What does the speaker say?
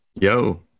yo